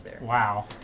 Wow